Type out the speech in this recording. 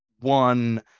one